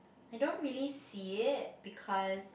I don't really see it because